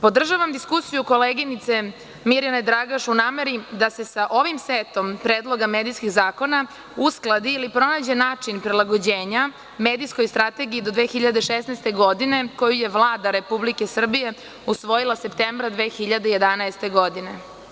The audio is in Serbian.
Podržavam diskusiju koleginice Mirjane Dragaš u nameri da se sa ovim setom predloga medijskih zakona uskladi ili pronađe način prilagođavanja medijskoj strategiji do 2016. godine, koju je Vlada Republike Srbije usvojila septembra 2011. godine.